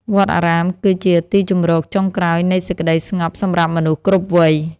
វត្តអារាមគឺជាទីជម្រកចុងក្រោយនៃសេចក្តីស្ងប់សម្រាប់មនុស្សគ្រប់វ័យ។